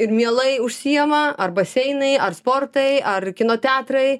ir mielai užsiima ar baseinai ar sportai ar kino teatrai